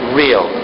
real